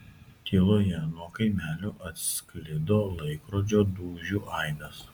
tyloje nuo kaimelio atsklido laikrodžio dūžių aidas